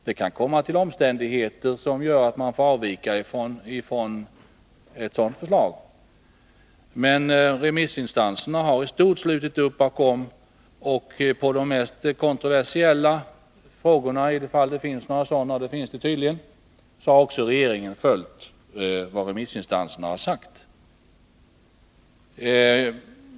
Det kan tillkomma omständigheter som gör att man får avvika från det. Men remissinstanserna har i stort sett slutit upp bakom utredningens förslag, och när det gäller de mest kontroversiella frågorna — om det finns några sådana, och det gör det tydligen — har regeringen också följt remissinstansernas yttranden.